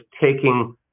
taking